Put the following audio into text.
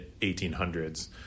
1800s